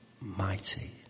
Mighty